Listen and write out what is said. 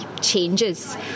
changes